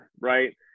Right